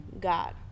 God